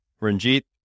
Ranjit